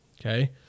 okay